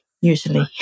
usually